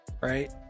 Right